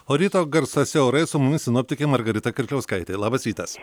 o ryto garsuose orai su mumis sinoptikė margarita kirkliauskaitė labas rytas